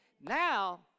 Now